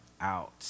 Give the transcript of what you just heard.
out